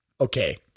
Okay